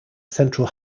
central